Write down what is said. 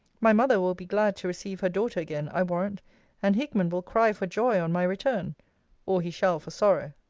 my mother will be glad to receive her daughter again, i warrant and hickman will cry for joy on my return or he shall for sorrow.